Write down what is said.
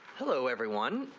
hello everyone